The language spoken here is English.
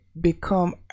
become